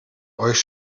euch